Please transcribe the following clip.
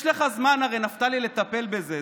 הרי יש לך זמן, נפתלי, לטפל בזה.